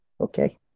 okay